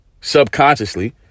subconsciously